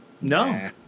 no